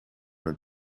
een